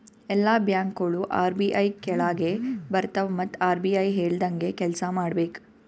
ಎಲ್ಲಾ ಬ್ಯಾಂಕ್ಗೋಳು ಆರ್.ಬಿ.ಐ ಕೆಳಾಗೆ ಬರ್ತವ್ ಮತ್ ಆರ್.ಬಿ.ಐ ಹೇಳ್ದಂಗೆ ಕೆಲ್ಸಾ ಮಾಡ್ಬೇಕ್